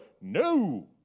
no